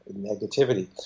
negativity